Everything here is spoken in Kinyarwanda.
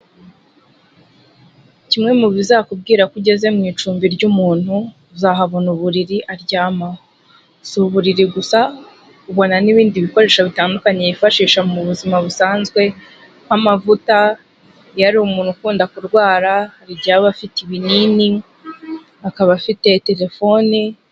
Kimwe mu bizakubwira ko ugeze mu icumbi ry'umuntu, uzahabona uburiri aryamaho, si uburiri gusa ubona n'ibindi bikoresho bitandukanye yifashisha mu buzima busanzwe nk'amavuta, iyo ari umuntu ukunda kurwara hari igihe aba afite ibinini, akaba afite telefoni.